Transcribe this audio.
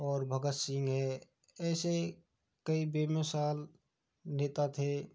और भगत सिंह है ऐसे कई बेमिसाल नेता थे